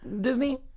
Disney